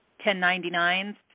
1099s